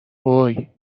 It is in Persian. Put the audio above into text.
هووی